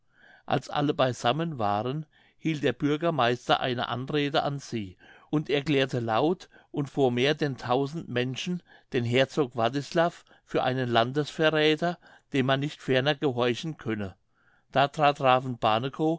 als alle beisammen waren hielt der bürgermeister eine anrede an sie und erklärte laut und vor mehr denn tausend menschen den herzog wartislav für einen landesverräther dem man nicht ferner gehorchen könne da trat raven barnekow